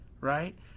right